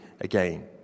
again